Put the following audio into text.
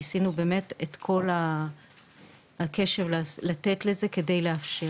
ניסינו באמת לתת לזה את כל הקשב על מנת לאפשר.